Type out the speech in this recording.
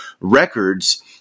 records